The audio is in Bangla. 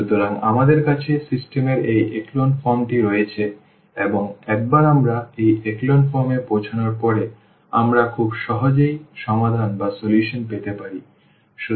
সুতরাং আমাদের কাছে সিস্টেম এর এই echelon form টি রয়েছে এবং একবার আমরা এই echelon form এ পৌঁছানোর পরে আমরা খুব সহজেই সমাধান পেতে পারি